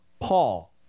Paul